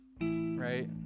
right